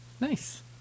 nice